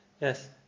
Yes